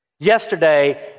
Yesterday